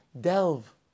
delve